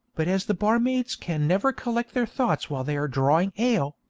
but as the barmaids can never collect their thoughts while they are drawing ale,